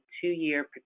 two-year